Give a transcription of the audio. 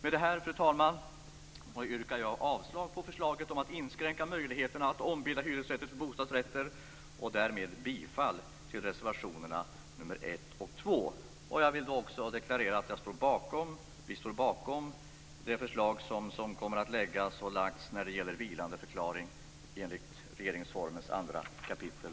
Med detta, fru talman, yrkar jag avslag på förslaget om att inskränka möjligheterna att ombilda hyresrätter till bostadsrätter och därmed bifall till reservationerna nr 1 och 2. Jag vill också deklarera att vi står bakom det förslag som har lagts fram när det gäller vilandeförklaring enligt regeringsformens 2 kapitel